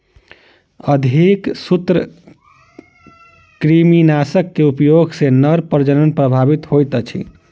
अधिक सूत्रकृमिनाशक के उपयोग सॅ नर प्रजनन प्रभावित होइत अछि